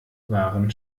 waren